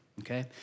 okay